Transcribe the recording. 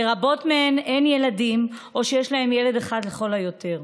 לרבות מהן אין ילדים או שיש להן ילד אחד לכל היותר.